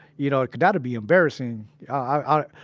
you know, that'd be embarrassing i,